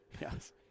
yes